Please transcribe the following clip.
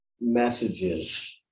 messages